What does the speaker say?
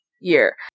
year